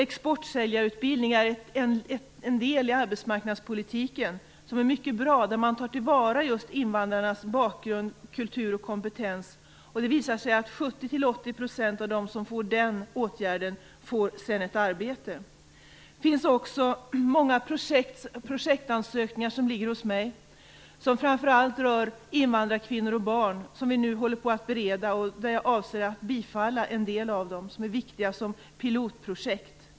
Exportsäljarutbildning är en mycket bra del i arbetsmarknadspolitiken där man tar till vara just invandrarnas bakgrund, kultur och kompetens. Det visar sig att 70-80 % av dem som får den åtgärden sedan får ett arbete. Det ligger också många projektansökningar hos mig, som framför allt rör invandrarkvinnor och barn. Vi håller nu på att bereda dessa, och jag avser att bifalla en del av dem som är viktiga som pilotprojekt.